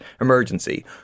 emergency